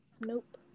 nope